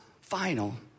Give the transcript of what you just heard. final